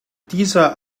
dieser